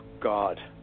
God